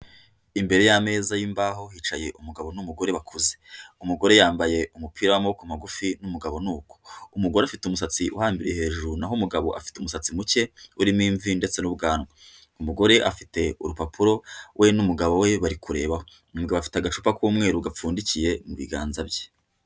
Imbere y'ameza yimbaho yicaye umugabo n'umugore bakuze umugore yambaye umupira w'amaboko magufi n'umugabo nuko, umugore ufite umusatsi uhambiriraye hejuru naho umugabo afite umusatsi muke urimo imvi ndetse n'ubwanwa umugore afite urupapuro we n'umugabo we bari kurebaho umugabo bafite agacupa k'umweru gapfundikiye mu biganza bye.